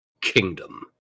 Kingdom